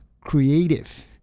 creative